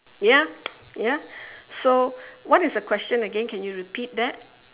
ya ya so what is the question again can you repeat that